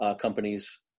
companies